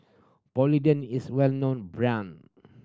Polident is well known brand